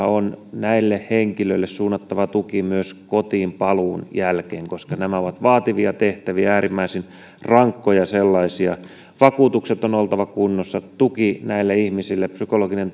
on näille henkilöille suunnattava tuki myös kotiinpaluun jälkeen koska nämä ovat vaativia tehtäviä äärimmäisen rankkoja sellaisia vakuutuksien on oltava kunnossa ja tuen näille ihmisille psykologisen